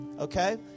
okay